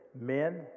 Men